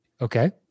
Okay